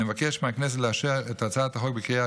אני מבקש מהכנסת לאשר את הצעת החוק בקריאה